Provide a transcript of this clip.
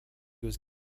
was